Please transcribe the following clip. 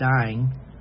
dying